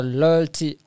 loyalty